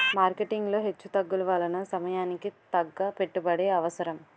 marketing లో హెచ్చుతగ్గుల వలన సమయానికి తగ్గ పెట్టుబడి అవసరం